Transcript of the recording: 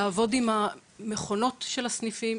לעבוד עם המכונות של הסניפים,